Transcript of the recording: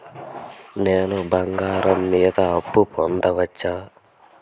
నేను బంగారం మీద అప్పు పొందొచ్చా?